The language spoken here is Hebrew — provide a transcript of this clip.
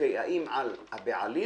האם על הבעלים